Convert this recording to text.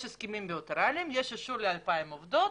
יש הסכמים בילטרליים, יש אישור ל-2,000 עובדים,